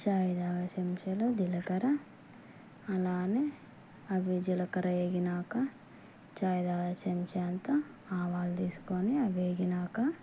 చాయ్ తాగే చెంచాలో జీలకర్ర అలానే అవి జీలకర్ర వేగినాక చాయ్ తాగే చెంచా అంత ఆవాలు తీసుకుని అవి వేగినాక